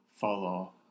follow